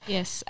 Yes